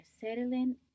settling